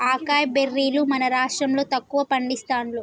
acai బెర్రీలు మన రాష్టం లో తక్కువ పండిస్తాండ్లు